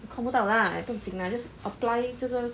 我看不到 lah 不用紧 lah just apply 这个: zhe ge